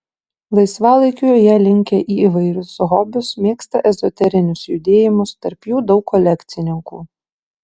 laisvalaikiu jie linkę į įvairius hobius mėgsta ezoterinius judėjimus tarp jų daug kolekcininkų